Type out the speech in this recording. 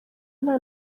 nta